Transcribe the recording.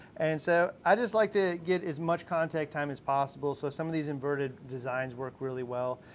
and so i just like to get as much contact time as possible, so some of these inverted designs work really well.